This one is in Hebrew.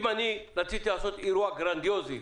אם רציתי לעשות אירוע גרנדיוזי